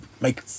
make